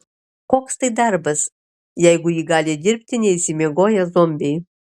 koks tai darbas jeigu jį gali dirbti neišsimiegoję zombiai